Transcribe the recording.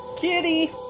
Kitty